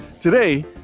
Today